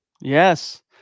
Yes